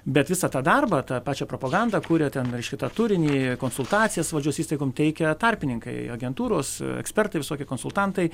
bet visą tą darbą tą pačią propagandą kuria ten reiškia tą turinį konsultacijas valdžios įstaigom teikia tarpininkai agentūros ekspertai visokie konsultantai